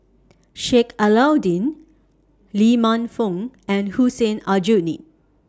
Sheik Alau'ddin Lee Man Fong and Hussein Aljunied